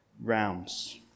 rounds